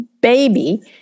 baby